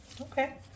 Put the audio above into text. Okay